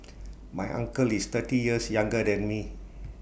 my uncle is thirty years younger than me